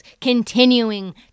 continuing